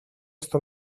στο